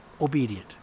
obedient